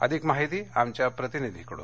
अधिक माहिती आमच्या प्रतिनिधीकडून